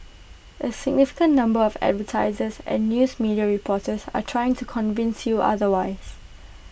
A significant number of advertisers and news media reports are trying to convince you otherwise